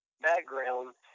background